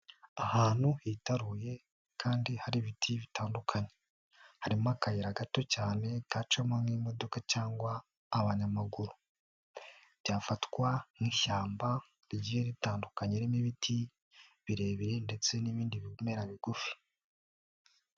Ahantu hitaruye kandi hari ibiti bitandukanye, harimo akayira gato cyane kacamo nk'imodoka cyangwa abanyamaguru, byafatwa nk'ishyamba rigiye ritandukanye ririmo ibiti birebire ndetse n'ibindi bimera bigufi.